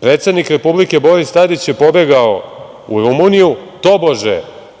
predsednik Republike Boris Tadić je pobegao u Rumuniju, tobože